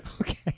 Okay